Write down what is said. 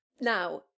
Now